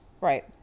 Right